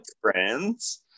friends